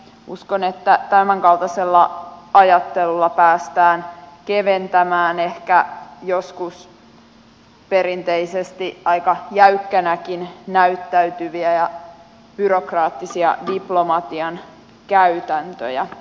uskon että tämänkaltaisella ajattelulla päästään keventämään ehkä joskus perinteisesti aika jäykkänäkin näyttäytyviä ja byrokraattisia diplomatian käytäntöjä